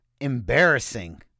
embarrassing